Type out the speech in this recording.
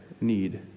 need